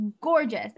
gorgeous